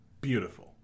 Beautiful